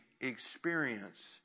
experience